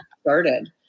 started